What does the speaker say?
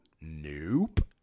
Nope